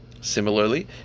Similarly